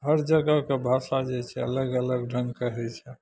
हर जगहके भाषा जे छै अलग अलग ढंगके होइ छै